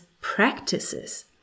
practices